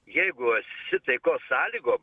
jeigu esi taikos sąlygom